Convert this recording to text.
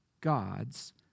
God's